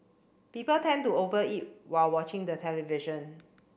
people tend to over eat while watching the television